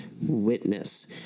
witness